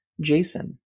Jason